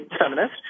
feminist